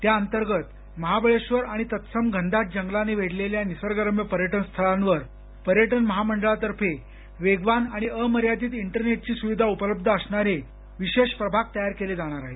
या अंतर्गत महाबळेश्वर आणि तत्सम घनदाट जंगलाने वेढलेल्या निसर्गरम्य पर्यटनस्थळांवर पर्यटन महामंडळातर्फे वेगवान आणि अमर्यादित इंटरनेटची स्विधा उपलब्ध असणारे विशेष प्रभाग तयार केले जाणार आहेत